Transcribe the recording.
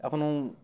এখনও